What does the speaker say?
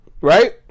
right